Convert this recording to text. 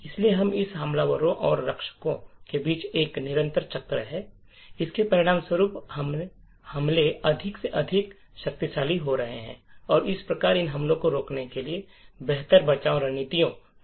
इसलिए इस तरह हमलावरों और रक्षकों के बीच एक निरंतर चक्र है और इसके परिणामस्वरूप हमले अधिक से अधिक शक्तिशाली हो रहे हैं और इस प्रकार इन हमलों को रोकने के लिए बेहतर बचाव रणनीतियों की आवश्यकता है